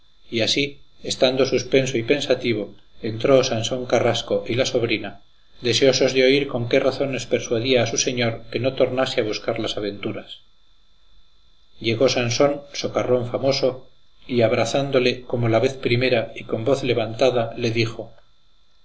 y así estando suspenso y pensativo entró sansón carrasco y la sobrina deseosos de oír con qué razones persuadía a su señor que no tornarse a buscar las aventuras llegó sansón socarrón famoso y abrazándole como la vez primera y con voz levantada le dijo